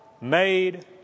made